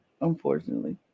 unfortunately